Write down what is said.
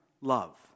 love